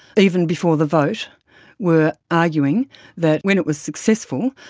even before the vote were arguing that when it was successful,